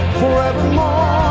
forevermore